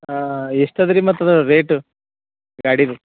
ಹಾಂ ಎಷ್ಟು ಅದು ರೀ ಮತ್ತು ಅದ್ರ ರೇಟು ಗಾಡಿ ರೀ